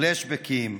פלאשבקים,